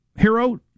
hero